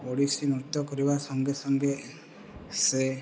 ଓଡ଼ିଶୀ ନୃତ୍ୟ କରିବା ସଙ୍ଗେ ସଙ୍ଗେ ସେ